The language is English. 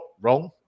wrong